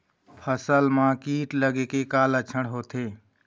फसल म कीट लगे के का लक्षण होथे?